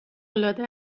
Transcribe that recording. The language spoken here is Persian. العاده